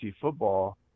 football